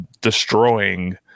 destroying